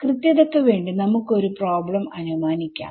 കൃത്യത ക്ക് വേണ്ടി നമുക്ക് ഒരു പ്രോബ്ലം അനുമാനിക്കാം